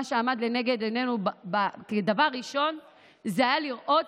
מה שעמד לנגד עינינו כדבר ראשון היה לראות